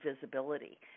visibility